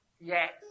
Yes